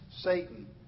Satan